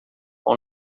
com